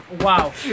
Wow